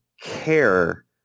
care